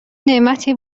نعمتی